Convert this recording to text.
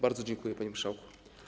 Bardzo dziękuję, panie marszałku.